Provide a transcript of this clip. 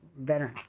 veteran